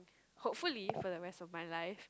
hopefully for the rest of my life